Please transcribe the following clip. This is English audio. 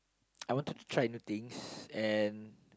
I wanted to try new things and